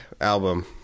album